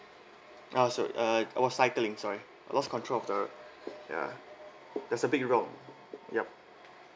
ah so uh I was cycling sorry I lost controlled of the ya there's a big rock yup